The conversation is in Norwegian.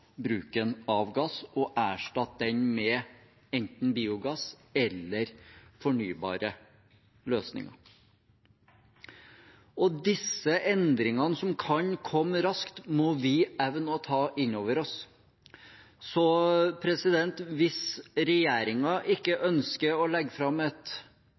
bruken av gass og erstatte den med enten biogass eller fornybare løsninger. Disse endringene, som kan komme raskt, må vi evne å ta inn over oss. Så hvis regjeringen ikke ønsker å legge fram et